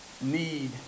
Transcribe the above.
need